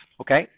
okay